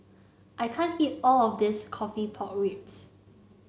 I can't eat all of this coffee Pork Ribs